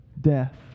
death